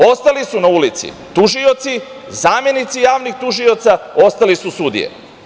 Ostali su na ulici tužioci, zamenici javnih tužioca, ostale su sudije.